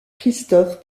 christoph